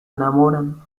enamoran